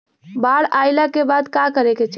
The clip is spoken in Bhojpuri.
बाढ़ आइला के बाद का करे के चाही?